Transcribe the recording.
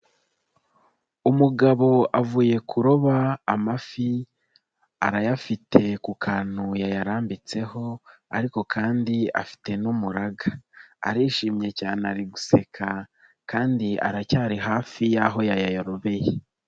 Umugabo avuye kuroba amafi, arayafite ku kantu yayarambitseho ariko kandi afite n'umuraga. Arishimye cyane ari guseka, kandi aracyari hafi y'aho yayarobeye.